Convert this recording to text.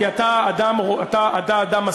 כי אתה אדם משכיל,